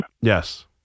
Yes